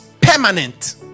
permanent